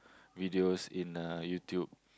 videos in uh YouTube